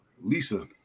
Lisa